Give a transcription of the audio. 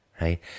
right